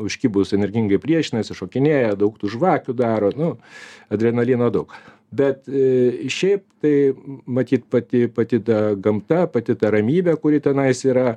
užkibus energingai priešinasi šokinėja daug tų žvakių daro nu adrenalino daug bet šiaip tai matyt pati pati ta gamta pati ta ramybė kuri tenais yra